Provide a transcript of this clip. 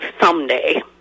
someday